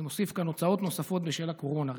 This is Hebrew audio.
אני מוסיף כאן: הוצאות נוספות, בשל הקורונה.